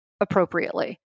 appropriately